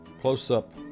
Close-up